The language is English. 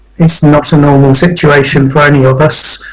it's not a normal situation for any of us,